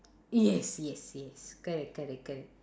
yes yes yes correct correct correct